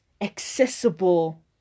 accessible